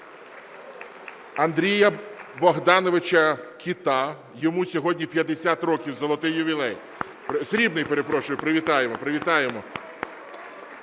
Андрія Богдановича Кота. Йому сьогодні 50 років – золотий ювілей… срібний, перепрошую. Привітаємо.